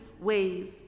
ways